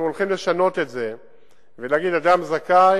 אנחנו הולכים לשנות את זה ולהגיד, אדם זכאי